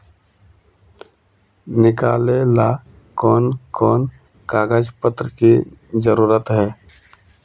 निकाले ला कोन कोन कागज पत्र की जरूरत है?